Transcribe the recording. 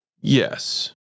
Yes